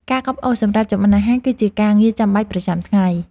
ការកាប់អុសសម្រាប់ចម្អិនអាហារគឺជាការងារចាំបាច់ប្រចាំថ្ងៃ។